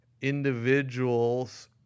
individuals